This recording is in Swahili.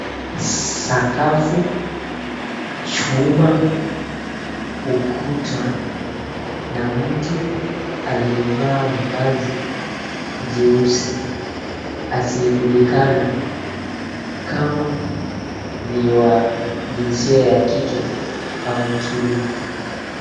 Sakafu, chuma, ukuta na mtu aliyevaa vazi jeusi asiyejulikana kama ni wa jinsia ya kike au kiume.